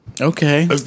Okay